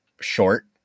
short